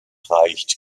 reicht